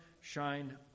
shine